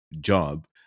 job